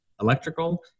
electrical